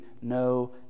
no